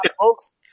folks